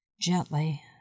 Gently